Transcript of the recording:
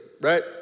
right